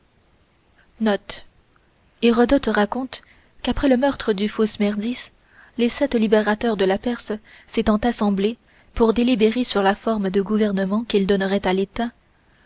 note hérodote raconte qu'après le meurtre du faux smerdis les sept libérateurs de la perse s'étant assemblés pour délibérer sur la forme de gouvernement qu'ils donneraient à l'état